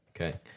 okay